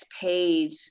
paid